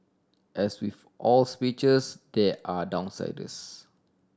as with all speeches there are downsides